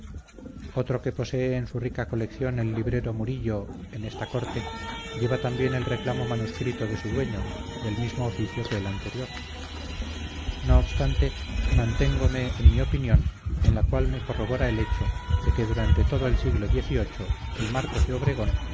otro que posee en su rica colección el librero murillo en esta corte lleva también el reclamo manuscrito de su dueño del mismo oficio que el anterior no obstante manténgome en mi opinión en la cual me corrobora el hecho de que durante todo el siglo xviii el marcos de obregón